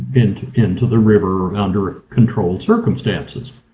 into into the river under controlled circumstances.